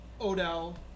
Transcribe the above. Odell